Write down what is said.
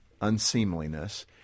unseemliness